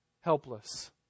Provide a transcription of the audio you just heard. helpless